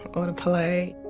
or to play.